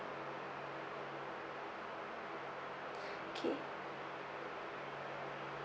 okay